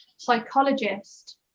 psychologist